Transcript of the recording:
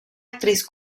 actriz